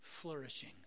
Flourishing